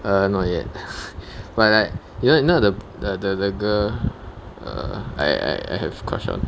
err not yet but like you know the the the the girl err I I I have question